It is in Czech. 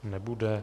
Nebude.